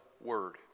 Word